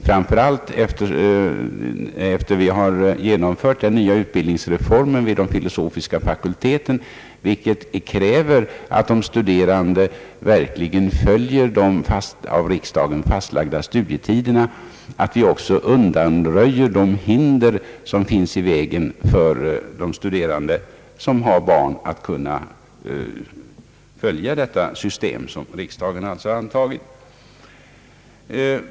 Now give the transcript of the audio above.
Framför allt sedan vi genomfört den utbildningsreform inom den filosofiska fakulteten som kräver att de studerande verkligen följer de av riksdagen fastlagda studietiderna är det nödvändigt att också undanröja de hinder som finns för studerande med barn.